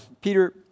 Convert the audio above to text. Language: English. Peter